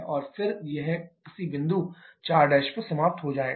और फिर यह किसी बिंदु 4' पर समाप्त हो जाएगा